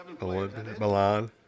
Milan